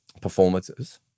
performances